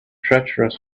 treacherous